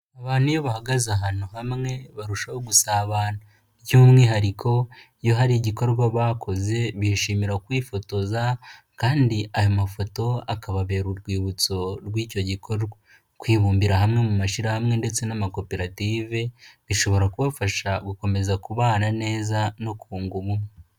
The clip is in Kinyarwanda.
Abantu iyo bahagaze ahantu hamwe barushaho gusabana by'umwihariko iyo hari igikorwa bakoze bishimira kwifotoza kandi aya mafoto akababera urwibutso rw'icyo gikorwa, kwibumbira hamwe mu mashyirahamwe ndetse n'amakoperative bishobora kubafasha gukomeza kubana neza no kunga ubumwe.